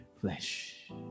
flesh